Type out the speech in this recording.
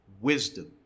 Wisdom